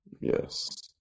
Yes